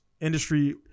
industry